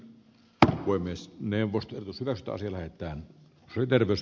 hän voi myös neuvosto vetosi laitteen riders